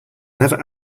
never